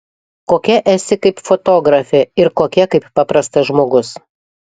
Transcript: kokia esi kaip fotografė ir kokia kaip paprastas žmogus